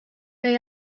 may